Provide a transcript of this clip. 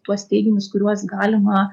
tuos teiginius kuriuos galima